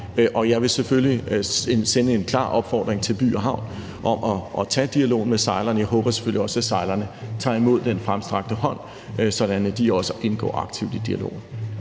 jeg vil selvfølgelig sende en klar opfordring til By & Havn om at tage dialogen med sejlerne. Jeg håber selvfølgelig også, at sejlerne tager imod den fremstrakte hånd, sådan at de også indgår aktivt i dialogen.